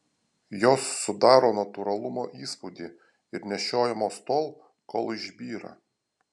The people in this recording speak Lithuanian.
jos sudaro natūralumo įspūdį ir nešiojamos tol kol išbyra